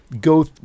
go